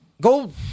Go